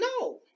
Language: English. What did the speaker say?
No